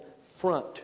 front